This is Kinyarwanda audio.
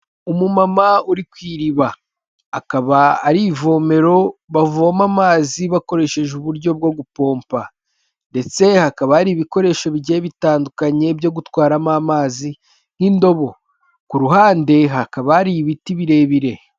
Umumama uri ku iriba, akaba arivomero bavoma amazi bakoresheje uburyo bwo gupompa ndetse hakaba hari ibikoresho bigiye bitandukanye byo gutwaramo amazi nk'indobo, ku ruhande hakaba hari ibiti birebire.